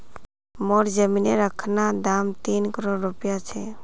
मोर जमीनेर अखना दाम तीन करोड़ रूपया छ